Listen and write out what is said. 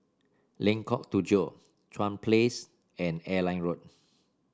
Lengkok Tujoh Chuan Place and Airline Road